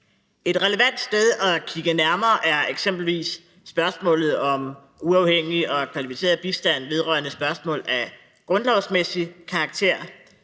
Et relevant sted at kigge nærmere er eksempelvis i spørgsmålet om uafhængig og kvalificeret bistand vedrørende spørgsmål af grundlovsmæssig karakter.